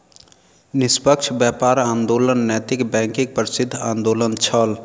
निष्पक्ष व्यापार आंदोलन नैतिक बैंकक प्रसिद्ध आंदोलन छल